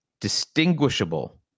distinguishable